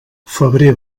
febrer